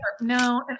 No